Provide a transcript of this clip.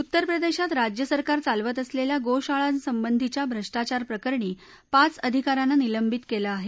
उत्तर प्रदेशात राज्य सरकार चालवत असलेल्या गोशाळांसंबधीच्या भ्रष्टाचार प्रकरणी पाच अधिकाऱ्यांना निलंबित केलं आहे